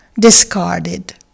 discarded